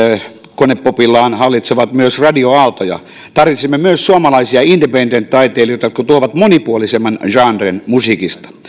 konepopillaan hallitsevat myös radioaaltoja tarvitsisimme myös suomalaisia independent taiteilijoita jotka tuovat monipuolisemman genren musiikista